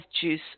juice